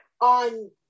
on